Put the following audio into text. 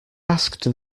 asked